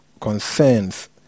concerns